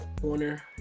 Corner